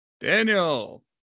Daniel